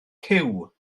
cyw